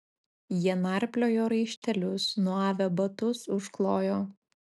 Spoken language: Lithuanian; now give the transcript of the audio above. jie narpliojo raištelius nuavę batus užklojo